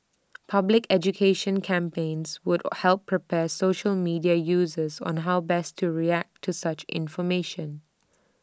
public education campaigns would help prepare social media users on how best to react to such information